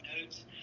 notes